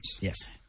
Yes